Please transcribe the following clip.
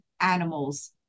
animals